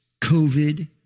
COVID